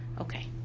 Okay